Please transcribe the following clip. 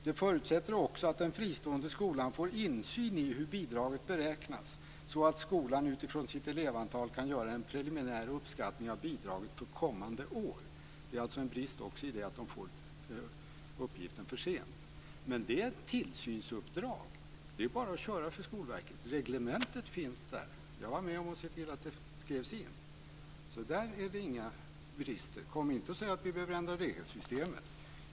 Det förutsätter också att den fristående skolan får insyn i hur bidraget beräknas, så att skolan utifrån sitt elevantal kan göra en preliminär uppskattning av bidraget för kommande år. Det är alltså en brist också i att de får uppgiften för sent. Men det är ett tillsynsuppdrag. Det är bara att köra för Skolverket. Reglementet finns där. Jag var med om att se till det skrevs in. Där är det inga brister. Kom inte och säg att vi behöver ändra regelsystemen.